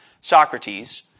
Socrates